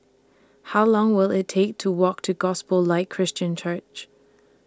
How Long Will IT Take to Walk to Gospel Light Christian Church